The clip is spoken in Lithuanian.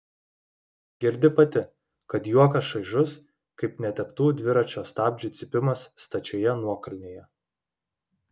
girdi pati kad juokas šaižus kaip neteptų dviračio stabdžių cypimas stačioje nuokalnėje